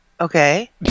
Okay